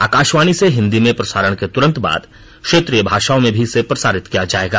आकाशवाणी से हिन्दी में प्रसारण के तुरंत बाद क्षेत्रीय भाषाओं में भी इसे प्रसारित किया जायेगा